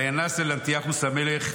וינס אל אנטיוכוס המלך,